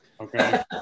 Okay